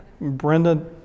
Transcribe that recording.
Brenda